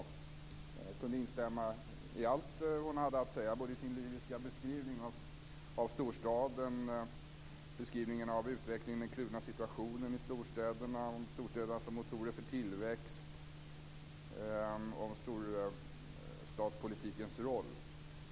Jag kunde instämma i allt hon hade att säga - den lyriska beskrivningen av storstaden, beskrivningen av utvecklingen, den kluvna situationen i storstäderna, storstäderna som motorer för tillväxt och storstadspolitikens roll.